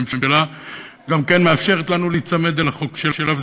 הממשלה גם כן מאפשרת לנו להיצמד לחוק שלה,